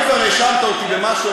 אם כבר האשמת אותי במשהו,